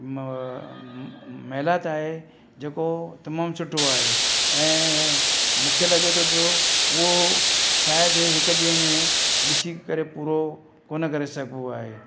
महिलात आहे जेको तमामु सुठो आहे ऐं मूंखे लॻे थो पियो उहो शायदि हिकु ॾींहुं में ॾिसी करे पूरो कोन करे सघिबो आहे